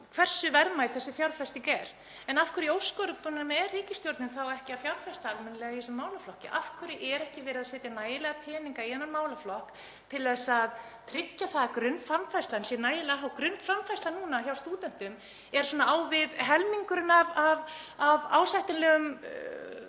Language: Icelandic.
hversu verðmæt þessi fjárfesting er. En af hverju í ósköpunum er ríkisstjórnin þá ekki að fjárfesta almennilega í þessum málaflokki? Af hverju er ekki verið að setja nægilega peninga í þennan málaflokk til að tryggja að grunnframfærslan sé nægilega há? Grunnframfærsla núna hjá stúdentum er á við helming af ásættanlegum